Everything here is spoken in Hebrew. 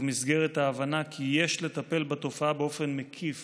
ובמסגרת ההבנה כי יש לטפל בתופעה באופן מקיף